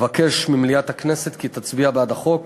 אבקש ממליאת הכנסת כי תצביע בעד החוק